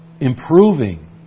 improving